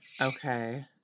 Okay